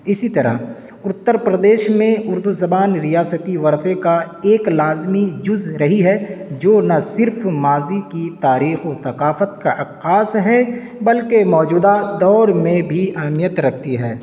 اسی طرح اتر پردیش میں اردو زبان ریاستی ورثے کا ایک لازمی جز رہی ہے جو نہ صرف ماضی کی تاریخ و ثقافت کا عکاس ہے بلکہ موجودہ دور میں بھی اہمیت رکھتی ہے